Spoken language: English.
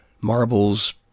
marbles